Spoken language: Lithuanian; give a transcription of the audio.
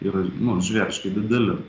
yra nu žvėriškai dideli